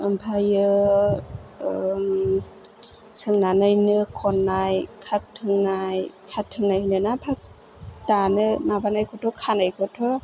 ओमफ्राय सोंनानै नो खननाय खाफथोंनाय खाथोंनाय होनो ना फास दानो माबानायखौथ' खानायखौथ'